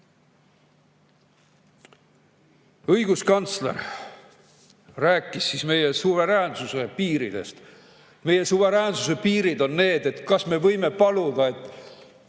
Õiguskantsler rääkis meie suveräänsuse piiridest. Meie suveräänsuse piirid on need: kas me võime paluda, et